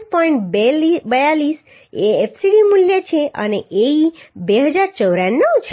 42 એ fcd મૂલ્ય છે અને Ae 2094 છે